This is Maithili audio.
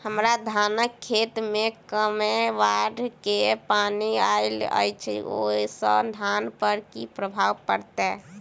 हम्मर धानक खेत मे कमे बाढ़ केँ पानि आइल अछि, ओय सँ धान पर की प्रभाव पड़तै?